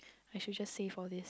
I should just save all these